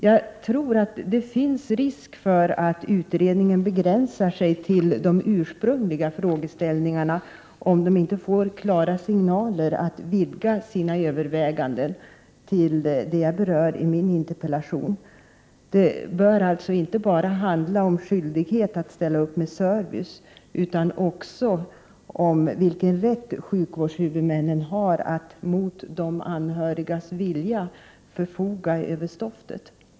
Jag tror att det finns en risk för att utredningen begränsar sig till de ursprungliga frågeställningarna, om den inte får klara signaler att vidga sina överväganden till att gälla även det som jag berör i min interpellation. Det bör alltså inte bara handla om skyldigheten att ställa upp med service utan också om vilken rätt sjukvårdshuvudmännen har att mot de anhörigas vilja förfoga över stoftet.